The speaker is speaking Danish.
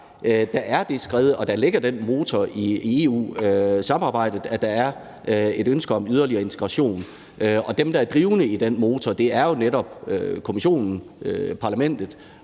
er sket et skred, og at der ligger den motor i EU-samarbejdet, at der er et ønske om yderligere integration. De, der er de drivende i den motor, er netop Europa-Kommissionen og Europa-Parlamentet